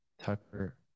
Tucker